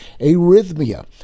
arrhythmia